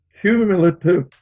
cumulative